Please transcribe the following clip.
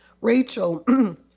Rachel